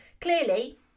clearly